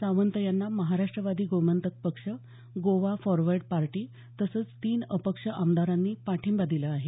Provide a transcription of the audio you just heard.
सावंत यांना Maharashtrawadi Gomantak Paksha Goa forward party तसंच तीन अपक्ष आमदारांनी पाठिंबा दिला आहे